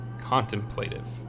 contemplative